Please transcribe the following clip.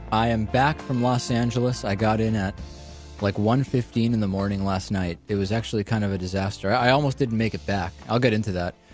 i am back from los angeles. i got in at like one fifteen in the morning last night. it was actually kind of a disaster. i almost didn't make it back. i'll get into that.